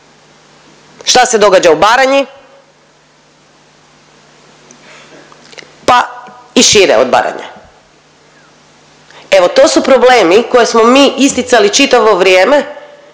šta se događa u Baranji, pa i šire do Baranje. Evo to su problemi koje smo isticali čitavo vrijeme